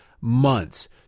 months